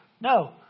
No